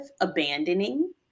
abandoning